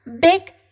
Big